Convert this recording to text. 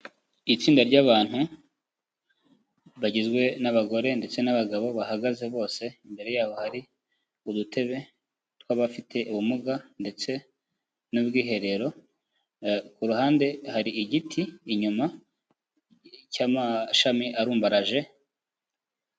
Itsinda ry'abantu bagizwe nabagore ndetse n'abagabo bahagaze bose, imbere yabo hari udutebe tw'abafite ubumuga ndetse n'ubwiherero, kuruhande hari igiti inyuma cy'amashami arumbaraje,